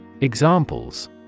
Examples